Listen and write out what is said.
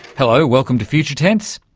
hello, welcome to future tense,